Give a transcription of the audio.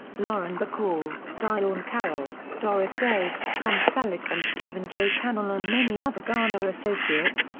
lauren bacall, diahann carroll, doris day, tom selleck and stephen j. cannell and many other garner associates,